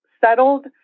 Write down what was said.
settled